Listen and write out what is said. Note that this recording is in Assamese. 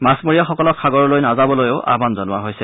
মাছমৰীয়াসকলক সাগৰলৈ নাযাবলৈও আহান জনোৱা হৈছে